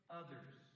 others